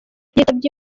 yitabye